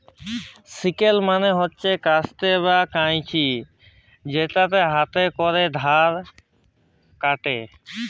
sickle মালে হছে কাস্তে বা কাঁইচি যেটতে হাতে ক্যরে ধাল ক্যাটে